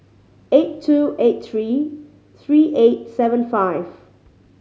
eight two eight three three eight seven five